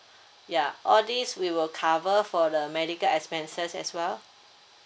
ya all these we will cover for the medical expenses as well